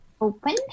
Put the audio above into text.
open